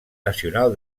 nacional